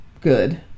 good